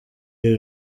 iri